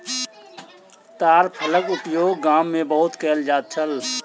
ताड़ फलक उपयोग गाम में बहुत कयल जाइत छल